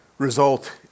result